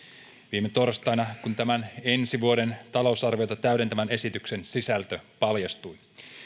viime torstaina kun tämän ensi vuoden talousarviota täydentävän esityksen sisältö paljastui